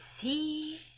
see